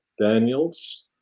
Daniels